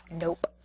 nope